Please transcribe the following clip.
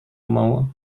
mau